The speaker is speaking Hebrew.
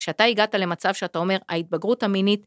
כשאתה הגעת למצב שאתה אומר ההתבגרות המינית